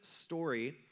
story